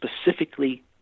specifically